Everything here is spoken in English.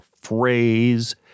phrase